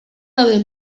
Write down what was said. daude